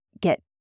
get